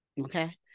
okay